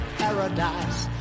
paradise